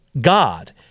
God